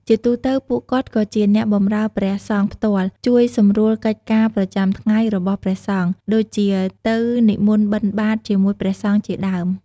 ជាទូទៅពួកគាត់ក៏ជាអ្នកបម្រើព្រះសង្ឃផ្ទាល់ ជួយសម្រួលកិច្ចការប្រចាំថ្ងៃរបស់ព្រះសង្ឃ ដូចជាទៅនិមន្តបិណ្ឌបាតជាមួយព្រះសង្ឃជាដើម។